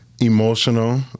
Emotional